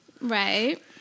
right